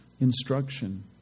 instruction